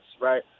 right